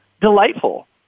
delightful